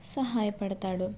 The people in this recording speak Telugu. సహాయపడతాడు